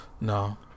no